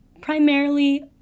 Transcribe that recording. primarily